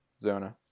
Zona